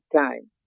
time